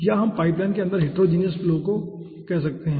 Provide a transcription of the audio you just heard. या हम पाइपलाइन के अंदर हिटेरोजिनियस फ्लो कह सकते हैं